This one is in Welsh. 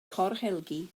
corhelgi